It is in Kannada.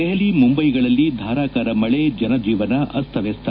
ದೆಹಲಿ ಮುಂಬೈಗಳಲ್ಲಿ ಧಾರಾಕಾರ ಮಳೆ ಜನಜೀವನ ಅಸ್ತವ್ಲಸ್ತ